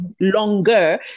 longer